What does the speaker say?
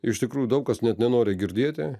iš tikrųjų daug kas net nenori girdėti